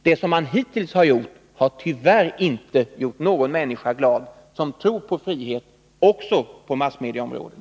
Det som man hittills har gjort har tyvärr inte gjort någon människa glad som tror på frihet också på massmedieområdet.